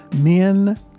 men